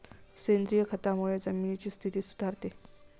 सेंद्रिय खतामुळे जमिनीची स्थिती सुधारते